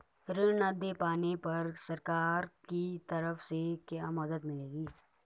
ऋण न दें पाने पर सरकार की तरफ से क्या मदद मिलेगी?